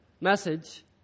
message